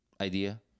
Idea